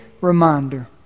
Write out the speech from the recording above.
reminder